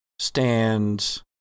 Stands